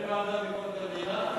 אולי הוועדה לביקורת המדינה?